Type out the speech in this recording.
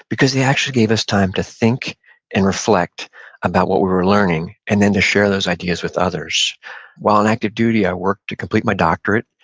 because they actually gave us time to think and reflect about what we were learning, and then to share those ideas with others while on active duty, i worked to complete my doctorate,